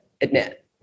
admit